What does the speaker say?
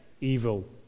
evil